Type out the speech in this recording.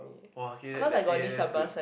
!wah! okay that that A_S good